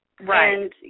Right